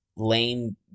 lame